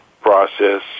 process